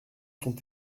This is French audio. sont